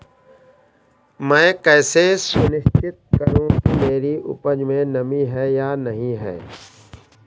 मैं कैसे सुनिश्चित करूँ कि मेरी उपज में नमी है या नहीं है?